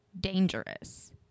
dangerous